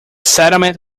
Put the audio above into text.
settlement